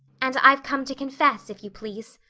and i've come to confess, if you please.